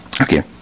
Okay